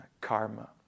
karma